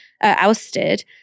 ousted